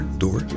door